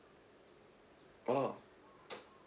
!wah!